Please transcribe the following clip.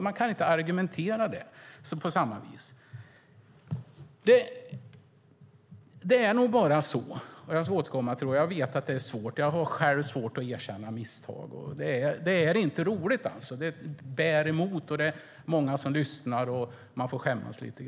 Man kan inte argumentera på det sättet. Jag vet att det är svårt att erkänna misstag. Jag tycker själv att det är svårt. Det är inte roligt. Det bär emot. Det är många som lyssnar, och man får skämmas lite.